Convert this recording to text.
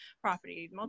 property